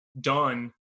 done